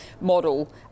model